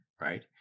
right